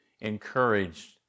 encouraged